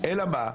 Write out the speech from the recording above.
רק מה?